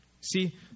See